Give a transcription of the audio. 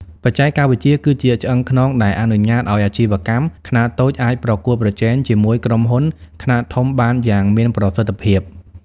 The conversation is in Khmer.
បច្ចេកវិទ្យាគឺជាឆ្អឹងខ្នងដែលអនុញ្ញាតឱ្យអាជីវកម្មខ្នាតតូចអាចប្រកួតប្រជែងជាមួយក្រុមហ៊ុនខ្នាតធំបានយ៉ាងមានប្រសិទ្ធភាព។